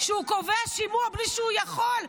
שהוא קובע שימוע בלי שהוא יכול.